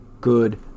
Good